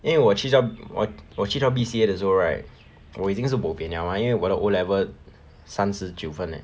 因为我去到我我去到 B_C_A 的时候 right 我已经是 bo pian liao mah 因为我的 O level 三十九分 leh